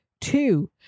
Two